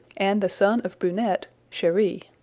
and the son of brunette, cheri.